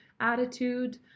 attitude